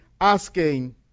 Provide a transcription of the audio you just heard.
asking